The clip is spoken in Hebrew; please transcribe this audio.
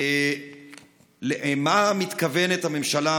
מה מתכוונת הממשלה.